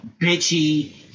bitchy